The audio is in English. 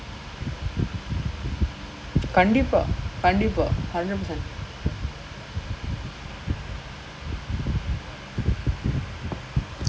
tedious than this lah it will be like way more tedious it's like you know like ஒரு:oru tamil composition lah four hundred words you write right you take one hour thirty minute you can speak four hundred words in like what ten minutes